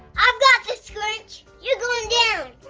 i've got this, grinch! you're going down!